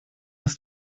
ist